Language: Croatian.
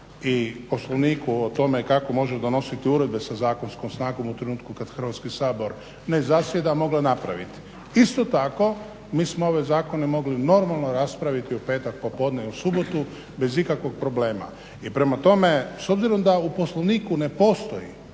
i poslovniku o tome kako može donositi uredbe sa zakonskom snagom u trenutku kad Hrvatski sabor ne zasjeda mogla napraviti. Isto tako, mi smo ove zakone mogli normalno raspraviti u petak popodne i u subotu bez ikakvog problema. I prema tome, s obzirom da u Poslovniku ne postoji